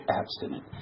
abstinent